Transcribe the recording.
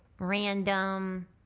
Random